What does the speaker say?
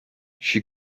she